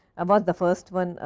um was the first one,